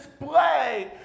display